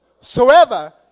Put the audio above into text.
soever